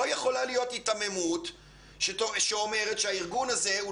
לא יכולה להיות היתממות שאומרת שהארגון הזה הוא